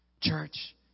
Church